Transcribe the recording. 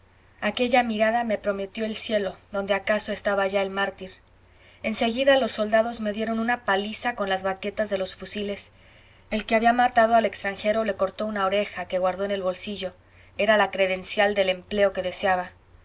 aquella mirada me prometió el cielo donde acaso estaba ya el mártir en seguida los soldados me dieron una paliza con las baquetas de los fusiles el que había matado al extranjero le cortó una oreja que guardó en el bolsillo era la credencial del empleo que deseaba